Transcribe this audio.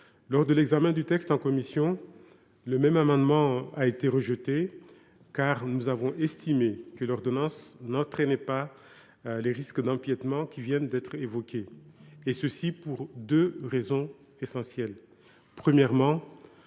Lors de l’examen du texte en commission, un amendement ayant le même objet a été rejeté, car nous avons estimé que l’ordonnance n’entraînait pas les risques d’empiétement qui viennent d’être évoqués, pour deux raisons essentielles. En premier